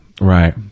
right